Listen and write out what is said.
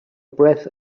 breath